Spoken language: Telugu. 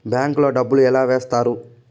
బ్యాంకు లో డబ్బులు ఎలా వేస్తారు